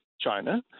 China